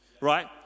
right